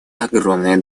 огромное